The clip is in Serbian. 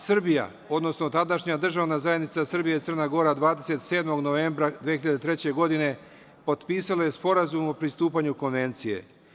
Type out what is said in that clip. Srbija, odnosno tadašnja državna zajednica Srbija i Crna Gora, 27. novembra 2003. godine potpisala je Sporazum o pristupanju Konvencije.